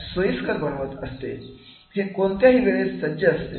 तुमच्यासाठी हे कोणत्याही वेळेस सज्ज असते